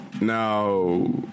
Now